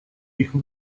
hijo